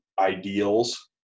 ideals